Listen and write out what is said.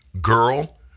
girl